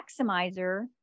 Maximizer